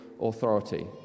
authority